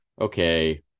okay